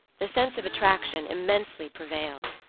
the sense of attraction immensely prevailed.